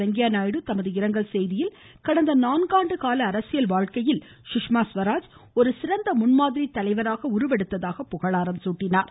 வெங்கையா நாயுடு தமது இரங்கல் செய்தியில் கடந்த நான்காண்டு கால அரசியல் வாழ்க்கையில் சுஷ்மா சுவராஜ் ஒரு சிறந்த முன்மாதிரி தலைவராக உருவெடுத்ததாக புகழாரம் சூட்டினார்